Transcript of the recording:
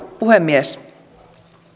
puhemies